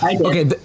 okay